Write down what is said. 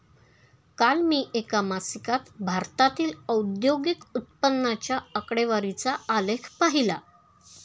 काल मी एका मासिकात भारतातील औद्योगिक उत्पन्नाच्या आकडेवारीचा आलेख पाहीला